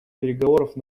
переговоров